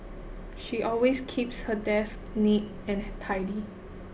she always keeps her desk neat and tidy